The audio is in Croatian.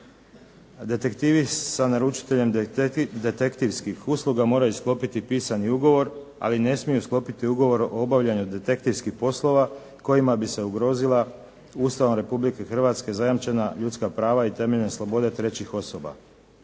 Detektivi sa naručiteljem detektivskih usluga moraju sklopiti pisani ugovor, ali ne smiju sklopiti ugovor o obavljanju detektivskih poslova kojima bi se ugrozila Ustavom Republike Hrvatske zajamčena ljudska prava i temeljne slobode trećih osoba.